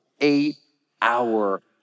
eight-hour